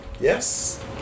Yes